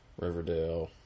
Riverdale